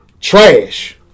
Trash